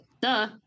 duh